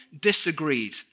disagreed